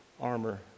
armor